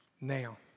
Now